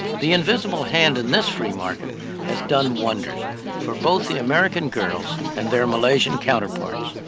the invisible hand in this free market has done wonders for both the american girls and their malaysian counterparts.